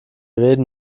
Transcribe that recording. reden